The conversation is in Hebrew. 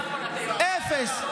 אפס.